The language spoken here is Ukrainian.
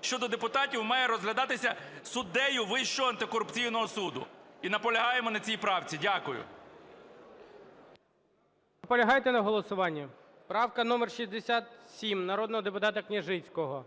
щодо депутатів має розглядатися суддею Вищого антикорупційного суду, і наполягаємо на цій правці. Дякую. ГОЛОВУЮЧИЙ. Наполягаєте на голосуванні? Правка номер 67 народного депутата Княжицького,